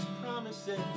promises